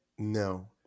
no